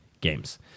games